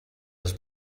els